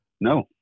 No